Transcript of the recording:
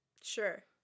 sure